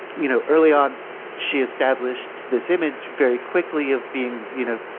you know, early on she established this image very quickly of being, you know,